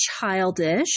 childish